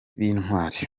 b’intwari